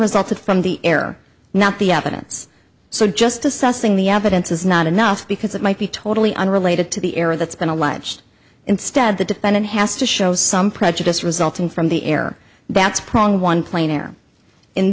resulted from the air not the evidence so just assessing the evidence is not enough because it might be totally unrelated to the air that's been alleged instead the defendant has to show some prejudice resulting from the air